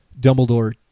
Dumbledore